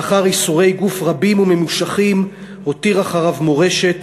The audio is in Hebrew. לאחר ייסורי גוף רבים וממושכים, הותיר אחריו מורשת